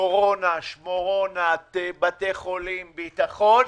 קורונה, שמורונה, בתי חולים, ביטחון.